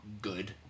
good